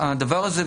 הדבר הזה,